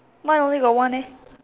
mine only got one eh